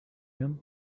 him